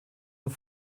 und